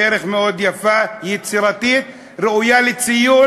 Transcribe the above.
דרך מאוד יפה, יצירתית, ראויה לציון.